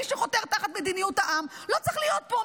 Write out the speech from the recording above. מי שחותר תחת מדיניות העם, לא צריך להיות פה.